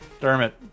dermot